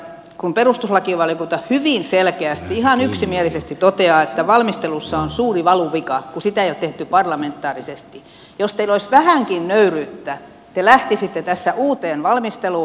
kun perustuslakivaliokunta hyvin selkeästi ihan yksimielisesti toteaa että valmistelussa on suuri valuvika kun sitä ei ole tehty parlamentaarisesti niin jos teillä olisi vähänkin nöyryyttä te lähtisitte tässä uuteen valmisteluun